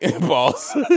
boss